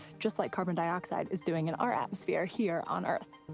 just like carbon dioxide is doing in our atmosphere here on earth.